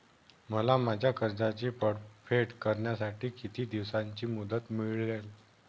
मला माझ्या कर्जाची परतफेड करण्यासाठी किती दिवसांची मुदत मिळेल?